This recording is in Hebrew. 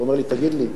אומר לי: תגיד לי,